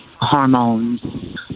hormones